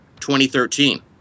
2013